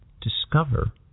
discover